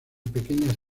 pequeñas